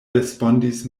respondis